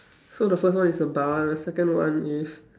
so the first is a bar the second one is